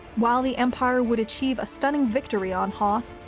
while the empire would achieve a stunning victory on hoth,